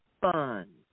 fun